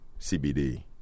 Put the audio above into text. CBD